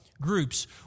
groups